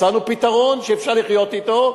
מצאנו פתרון שאפשר לחיות אתו.